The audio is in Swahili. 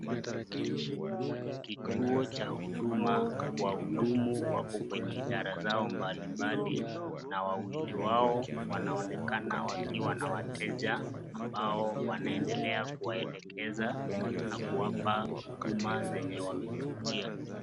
Kwenye kituo cha huduma , wahudumu wako kwenye idara zao mbalimbali na wawili wao wanaonekana wakiwa wana wateja ambao wanaendelea kuelekeza na kuwapa huduma zenye wamekujia.